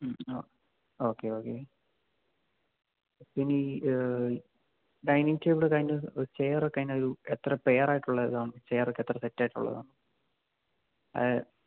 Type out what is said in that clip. ഉം ആ okay okay പിന്നെ ഈ ഡൈനിങ്ങ് ടേബിള് അതിന്റെ ചെയറൊക്കെ അതിനൊരു എത്ര പെയറായിട്ടുള്ളതാണ് ചെയറൊക്കെ എത്ര സെറ്റായിട്ടുള്ളതാണ് അത്